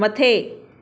मथे